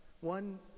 One